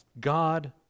God